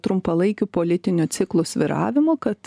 trumpalaikių politinių ciklų svyravimų kad